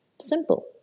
Simple